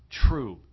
true